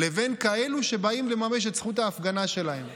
לבין כאלה שבאים לממש את זכות ההפגנה שלהם.